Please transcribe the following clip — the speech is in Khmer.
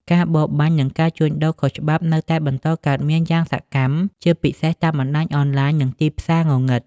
ការបរបាញ់ និងការជួញដូរខុសច្បាប់ នៅតែបន្តកើតមានយ៉ាងសកម្ម ជាពិសេសតាមបណ្ដាញអនឡាញ និងទីផ្សារងងឹត។